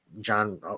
john